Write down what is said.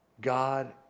God